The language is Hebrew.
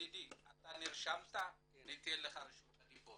ידידי, אתה נרשמת, אני אתן לך את רשות הדיבור.